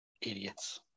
Idiots